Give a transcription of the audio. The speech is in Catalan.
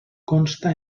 consta